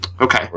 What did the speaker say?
Okay